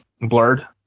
blurred